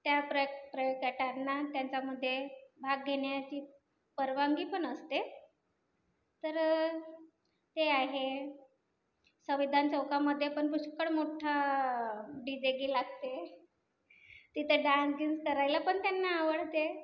त्या प्र प्रकॅटाना त्यांच्यामध्ये भाग घेण्याची परवानगी पण असते तर ते आहे संविधान चौकामध्ये पण पुष्कळ मोठा डी जे लागते तिथे डान्स गिन्स करायला पण त्यांना आवडते